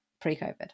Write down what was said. pre-COVID